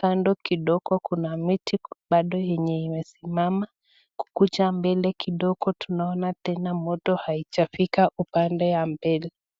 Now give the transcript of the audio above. Kando kidogo kuna miti bado yenye amesimama, kukuja mbele kidogo tunaona tena moto haijafika upande ya mbele.